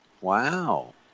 Wow